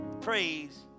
Praise